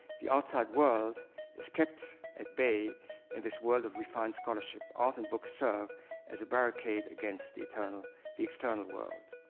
the outside world is kept at bay in this world of refined scholarship. art and books serve as a barricade against the external the external world.